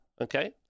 okay